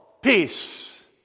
peace